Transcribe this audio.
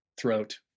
throat